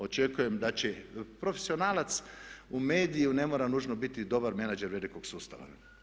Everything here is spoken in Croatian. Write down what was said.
Očekujem da će u, profesionalac u mediju ne mora nužno biti dobar menadžer velikog sustava.